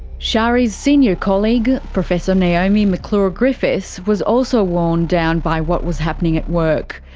shari's senior colleague professor naomi mcclure-griffiths was also worn down by what was happening at work.